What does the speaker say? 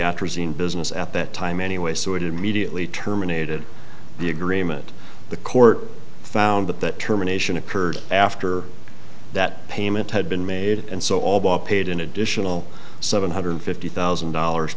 scene business at that time anyway so it immediately terminated the agreement the court found that that terminations occurred after that payment had been made and so all bought paid an additional seven hundred fifty thousand dollars